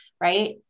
right